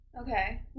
Okay